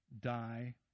die